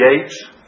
gates